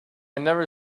never